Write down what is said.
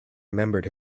remembered